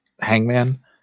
Hangman